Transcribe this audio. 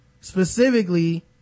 specifically